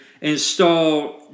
install